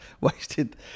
wasted